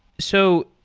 so,